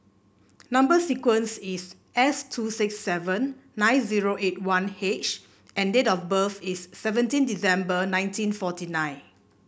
number sequence is S two six seven nine zero eight one H and date of birth is seventeen December nineteen forty nine